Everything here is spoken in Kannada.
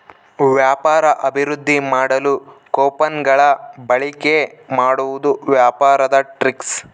ವ್ಯಾಪಾರ ಅಭಿವೃದ್ದಿ ಮಾಡಲು ಕೊಪನ್ ಗಳ ಬಳಿಕೆ ಮಾಡುವುದು ವ್ಯಾಪಾರದ ಟ್ರಿಕ್ಸ್